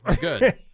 Good